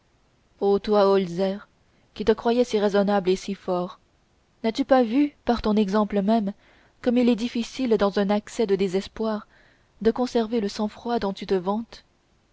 toi holzer qui te croyais si raisonnable et si fort n'as-tu pas vu par ton exemple même comme il est difficile dans un accès de désespoir de conserver le sang-froid dont tu te vantes